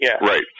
right